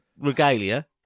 regalia